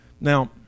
Now